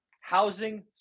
housing